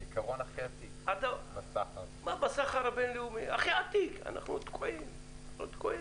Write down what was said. בסחר הבין-לאומי, ואנחנו עוד תקועים אחורה.